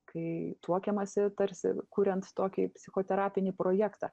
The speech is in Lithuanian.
kai tuokiamasi tarsi kuriant tokį psichoterapinį projektą